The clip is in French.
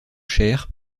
chers